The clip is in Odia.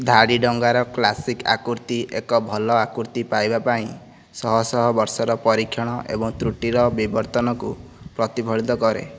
ଧାଡ଼ି ଡଙ୍ଗାର କ୍ଲାସିକ୍ ଆକୃତି ଏକ ଭଲ ଆକୃତି ପାଇବା ପାଇଁ ଶହ ଶହ ବର୍ଷର ପରୀକ୍ଷଣ ଏବଂ ତ୍ରୁଟିର ବିବର୍ତ୍ତନକୁ ପ୍ରତିଫଳିତ କରେ